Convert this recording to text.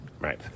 Right